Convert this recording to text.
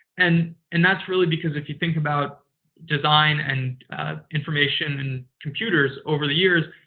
and and that's really because, if you think about design and information and computers over the years,